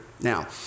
Now